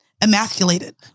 emasculated